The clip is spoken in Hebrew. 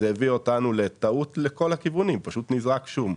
זה הביא אותנו למצב שפשוט נזרק שום.